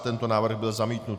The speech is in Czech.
Tento návrh byl zamítnut.